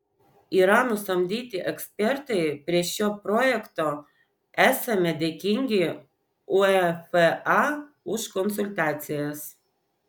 yra nusamdyti ekspertai prie šio projekto esame dėkingi uefa už konsultacijas